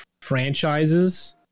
franchises